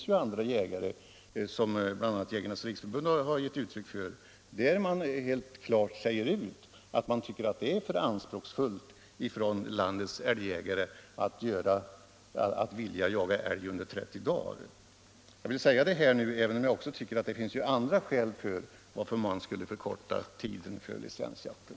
Andra jägare — Jägarnas riksförbund har givit uttryck för detta — säger klart ut att de tycker att det är anspråksfullt av landets älgjägare att vilja jaga älg under 30 dagar. Jag vill säga detta, även om jag tycker att det också finns andra skäl för att förkorta tiden för licensjakten.